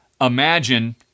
imagine